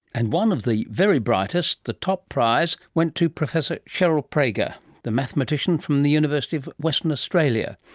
and one of the very brightest, the top prize went to professor cheryl praeger, the mathematician from the university of western australia.